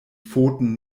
pfoten